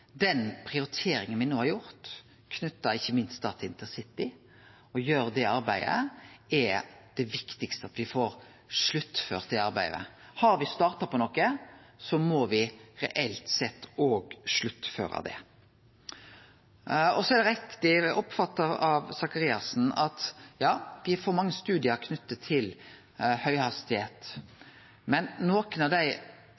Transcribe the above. Den prioriteringa me no har gjort, knytt ikkje minst til intercity, er det viktigaste, at me får sluttført det arbeidet. Har me starta på noko, må me reelt sett òg sluttføre det. Så er det riktig oppfatta av Faret Sakariassen at me får mange studiar knytte til